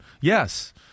yes